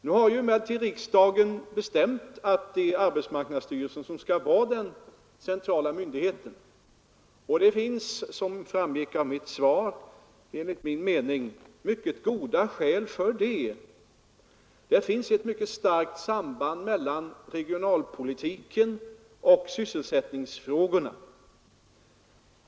Nu har emellertid riksdagen bestämt att det är arbetsmarknadsstyrelsen som skall vara den centrala myndigheten. Det finns — som framgick av mitt svar — enligt min mening mycket goda skäl för det — det råder ett starkt samband mellan regionalpolitiken och sysselsättningsfrågorna.